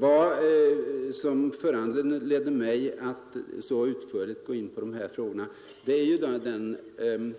Vad som föranledde mig att så utförligt gå in på dessa frågor var